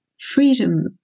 freedom